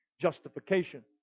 justification